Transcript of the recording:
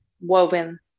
woven